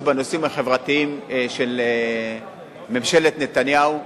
בנושאים החברתיים של ממשלת נתניהו.